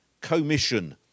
commission